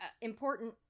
important